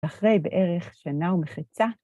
אחרי בערך שנה ומחצה